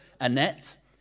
Annette